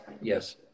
Yes